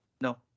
no